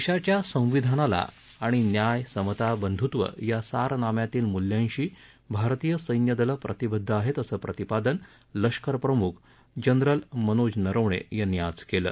देशाच्या संविधानाला आणि न्याय समता बंधुत्व या सारनाम्यातील मूल्यांशी भारतीय सैनदले प्रतिबद्ध आहे असं प्रतिपादन लष्करप्रमुख जनरल एम एम नरवणे यांनी आज केलं